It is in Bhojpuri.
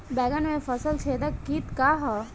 बैंगन में फल छेदक किट का ह?